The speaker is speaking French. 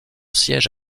siège